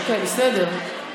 אוקיי, בסדר.